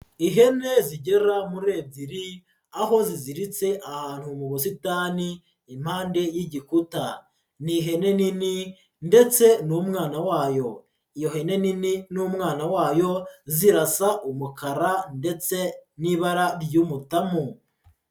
Ihene zigera muri ebyiri, aho ziziritse ahantu mu busitani impande y'igikuta, ni ihene nini ndetse n'umwana wayo, iyo hene nini n'umwana wayo, zirasa umukara ndetse n'ibara ry'umutamu.